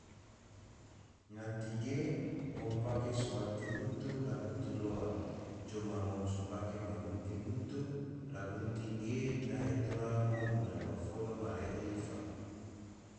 Ngati ge, ngom pake so wati hutu la hutu loa, coma ngom so pake ma gunting hutu, la gunting ge dahe tora ngom na dofolo ma rehe ifa